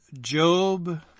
Job